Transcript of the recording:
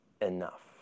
enough